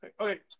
Okay